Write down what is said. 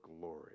glory